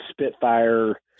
Spitfire